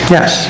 Yes